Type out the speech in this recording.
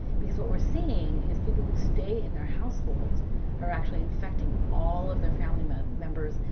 because what we're seeing is people who stay in their households are actually infecting all of their family ah members,